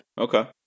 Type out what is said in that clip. Okay